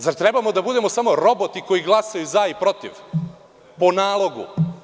Zar trebamo da budemo samo roboti koji glasaju za i protiv, po nalogu?